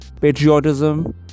patriotism